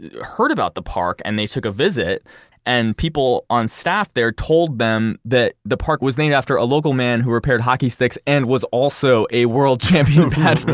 and heard about the park and they took a visit and people on staff there told them that the park was named after a local man who repaired hockey sticks and was also a world champion badminton